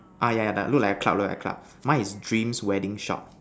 ah yeah yeah look like a cloud look like cloud mine is dreams wedding shop